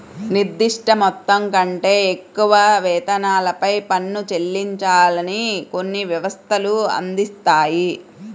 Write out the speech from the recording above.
నిర్దిష్ట మొత్తం కంటే ఎక్కువ వేతనాలపై పన్ను చెల్లించాలని కొన్ని వ్యవస్థలు అందిస్తాయి